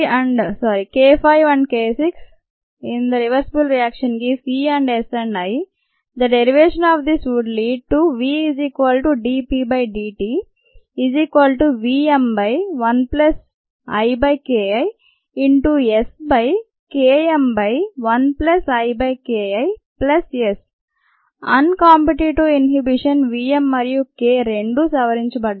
అన్ competitive inhibition V M మరియు K రెండూ సవరించబడ్డాయి